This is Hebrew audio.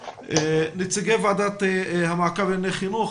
נציגי ודת המעקב לענייני חינוך.